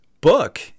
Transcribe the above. book